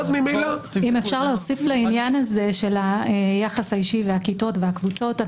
לגבי היחס האישי והקבוצות,